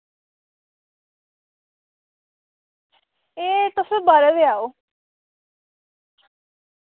एह् तुस बाहरै दे आओ